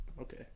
okay